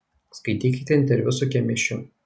skaitykite interviu su kemėšiu